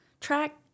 track